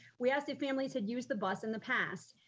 we asked if families had used the bus in the past.